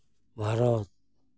Bharat